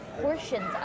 portions